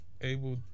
able